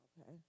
Okay